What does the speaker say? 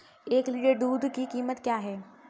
एक लीटर दूध की कीमत क्या है?